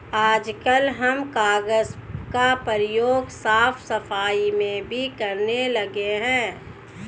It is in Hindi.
आजकल हम कागज का प्रयोग साफ सफाई में भी करने लगे हैं